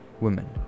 women